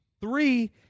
Three